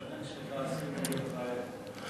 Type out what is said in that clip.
לשכן שלך אסור להיות רעב.